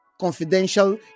Confidential